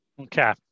Okay